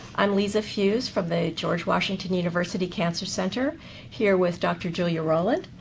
i'm liza fues from the george washington university cancer center here with dr. julia rowland,